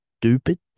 stupid